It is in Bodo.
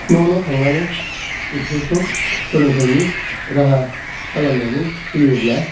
न' न' थांनानै बिसोरखौ फोरोंथाइनि राहा खालामनानै होयोब्ला